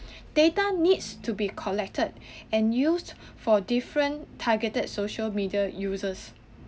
data needs to be collected and used for different targeted social media users